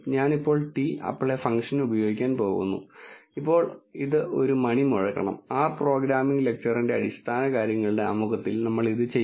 ഞാൻ ഇപ്പോൾ t apply function ഉപയോഗിക്കാൻ പോകുന്നു ഇപ്പോൾ ഇത് ഒരു മണി മുഴക്കണം R പ്രോഗ്രാമിംഗ് ലെക്ചറിന്റെ അടിസ്ഥാനകാര്യങ്ങളുടെ ആമുഖത്തിൽ നമ്മൾ ഇത് ചെയ്യും